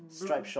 blue